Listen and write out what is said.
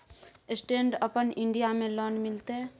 Stand up India में लोन मिलते?